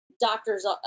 doctor's